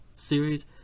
series